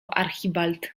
archibald